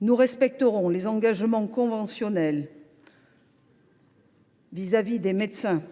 Nous respecterons les engagements conventionnels vis à vis des médecins,